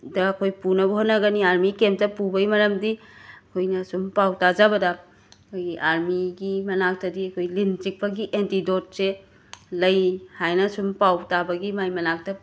ꯗ ꯑꯩꯈꯣꯏ ꯄꯨꯅꯕ ꯍꯣꯠꯅꯒꯅꯤ ꯑꯥꯔꯃꯤ ꯀꯦꯝꯞꯇ ꯄꯨꯕꯒꯤ ꯃꯔꯝꯗꯤ ꯑꯩꯈꯣꯏꯅ ꯁꯨꯝ ꯄꯥꯎ ꯇꯥꯖꯕꯗ ꯑꯩꯈꯣꯏꯒꯤ ꯑꯥꯔꯃꯤꯒꯤ ꯃꯅꯥꯛꯇꯗꯤ ꯑꯩꯈꯣꯏ ꯂꯤꯟ ꯆꯤꯛꯄꯒꯤ ꯑꯦꯟꯇꯤꯗꯣꯠꯁꯦ ꯂꯩ ꯍꯥꯏꯅ ꯁꯨꯝ ꯄꯥꯎ ꯇꯥꯕꯒꯤ ꯃꯥꯏ ꯃꯅꯥꯛꯇ